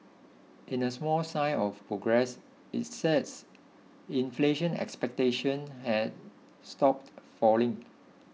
in a small sign of progress it said inflation expectations had stopped falling